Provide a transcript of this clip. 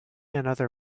another